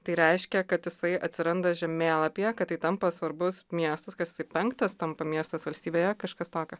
tai reiškia kad jisai atsiranda žemėlapyje kad tai tampa svarbus miestas kad jisai penktas tampa miestas valstybėje kažkas tokio